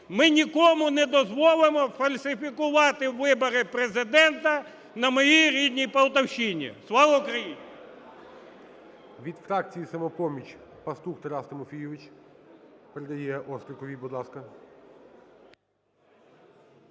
Ми нікому не дозволимо фальсифікувати вибори Президента на моїй рідній Полтавщині. Слава Україні!